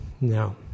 No